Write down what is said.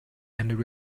and